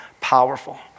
powerful